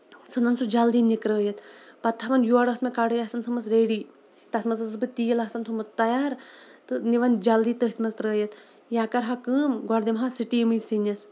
ژھٕنان سُہ جلدی نِکرٲیِتھ پَتہٕ تھاوان یورٕ ٲسۍ مےٚ کڑٲے آسان تھٲومٕژ ریڈی تَتھ منٛز اوسُس بہٕ تیٖل آسان تھوٚمُت تَیار تہٕ یِوان جلدی تھٔتھۍ منٛز ترٲیِتھ یا کرٕ ہا کٲم گۄڈٕ دِمہٕ ہا سِٹیٖمٕے سِنِس